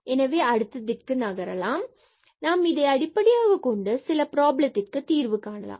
எனவே அடுத்ததிற்கு நகரலாம் நாம் இதை அடிப்படையாகக் கொண்டு சில ப்ராப்ளத்திற்கு தீர்வு காணலாம்